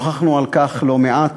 שוחחנו על כך לא מעט,